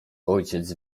ojciec